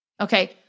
Okay